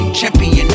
champion